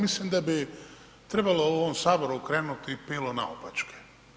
Mislim da bi trebalo u ovom Saboru okrenuti pilu naopačke.